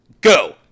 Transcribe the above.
Go